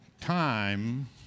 time